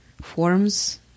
forms